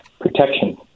protection